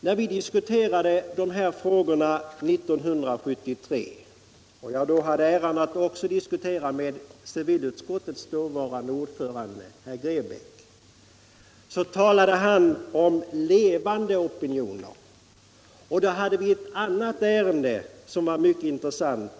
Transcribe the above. När vi behandlade dessa frågor 1973 och jag hade äran att diskutera med civilutskottets dåvarande ordförande, herr Grebäck, talade han om levande opinioner. Vi hade i riksdagen samtidigt ett annat ärende som var mycket intressant.